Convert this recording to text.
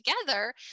together